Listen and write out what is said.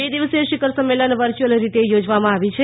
બે દિવસીય શિખર સંમેલન વર્ચ્યુઅલ રીતે યોજવામાં આવી છે